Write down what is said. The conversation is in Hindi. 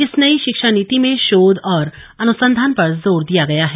इस नई शिक्षा नीति में शोध और अनुसंधान पर जोर दिया गया है